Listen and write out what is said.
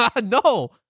No